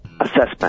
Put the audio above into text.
assessment